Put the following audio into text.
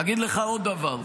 אגיד לך עוד דבר,